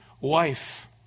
wife